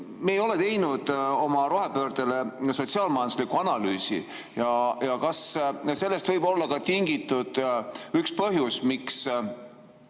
Me ei ole teinud oma rohepöördele sotsiaal-majanduslikku analüüsi. Kas sellest võib olla tingitud üks põhjus, miks